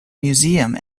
museum